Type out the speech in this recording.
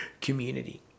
community